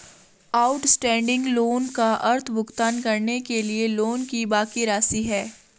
outstanding loan का अर्थ भुगतान करने के लिए लोन की बाकि राशि है